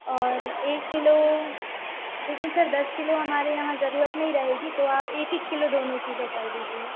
और एक किलो देखिए सर दस किलो हमारे यहाँ जरूरत नहीं रहेगी तो आप एक एक किलो दोनों चीजें कर दीजिए